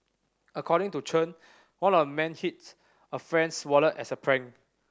according to Chen one of the men hid a friend's wallet as a prank